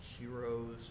heroes